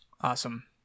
awesome